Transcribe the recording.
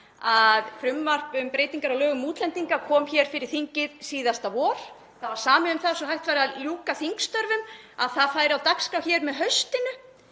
að frumvarp um breytingar á lögum um útlendinga kom hér fyrir þingið síðasta vor. Það var samið um það, svo að hægt yrði að ljúka þingstörfum, að það færi á dagskrá hér með haustinu.